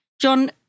John